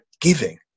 giving